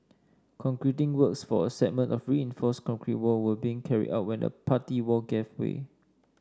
concreting works for a segment of reinforced concrete wall were being carried out when the party wall gave way